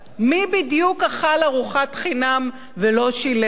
מי בדיוק אכל ארוחת חינם ולא שילם?